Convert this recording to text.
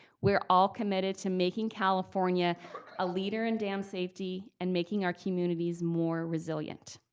we're all committed to making california a leader in dam safety, and making our communities more resilient.